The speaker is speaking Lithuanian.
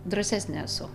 drąsesnė esu